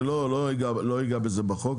אני לא אגע בזה בחוק,